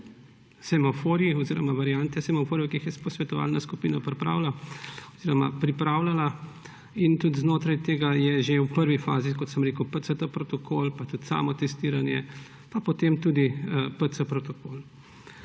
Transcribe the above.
semaforji oziroma variante semaforjev, ki jih je posvetovalna skupina pripravljala. Tudi znotraj tega je že v prvi fazi, kot sem rekel, PCT protokol, pa tudi samotestiranje, pa potem tudi PC protokol.